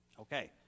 Okay